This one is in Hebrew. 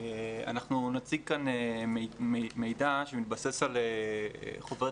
אנחנו נציג כאן מידע שמתבסס על חוברת